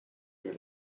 you